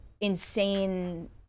insane